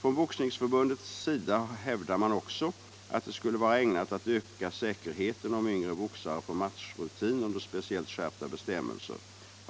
Från Boxningsförbundets sida hävdar man också att det skulle vara ägnat att öka säkerheten, om yngre boxare får matchrutin under speciellt skärpta bestämmelser.